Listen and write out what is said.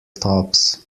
tops